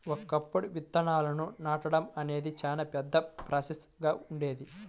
ఒకప్పుడు విత్తనాలను నాటడం అనేది చాలా పెద్ద ప్రాసెస్ గా ఉండేది